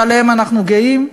שבהם אנחנו גאים,